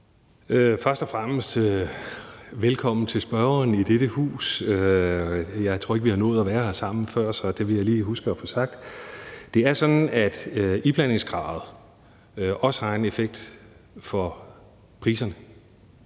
Først og fremmest velkommen til spørgeren i dette hus. Jeg tror ikke, at vi har nået at være her sammen før, så det vil jeg lige huske at få sagt. Det er sådan, at iblandingskravet også har en effekt for priserne,